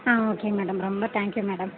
ஆ okay madam ரொம்ப thank you madam